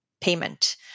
payment